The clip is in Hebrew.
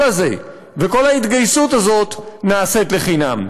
הזה וכל ההתגייסות הזאת נעשים לחינם.